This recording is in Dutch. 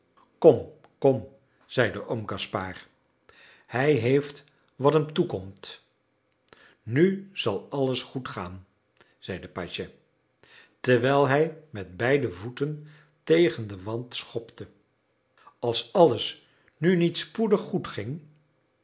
kom kom zeide oom gaspard hij heeft wat hem toekomt nu zal alles goedgaan zeide pagès terwijl hij met beide voeten tegen den wand schopte als alles nu niet spoedig goedging